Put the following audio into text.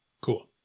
cool